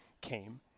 came